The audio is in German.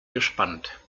gespannt